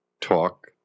talk